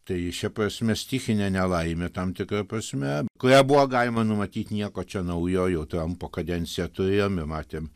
tai šia prasme stichinė nelaimė tam tikra prasme kurią buvo galima numatyt nieko čia naujo jau trampo kadenciją turėjome matėm